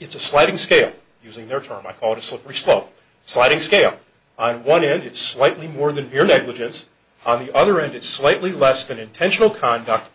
it's a sliding scale using their term i call the slippery slope sliding scale on one hand it's slightly more than pure negligence on the other and it's slightly less than intentional conduct